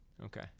Okay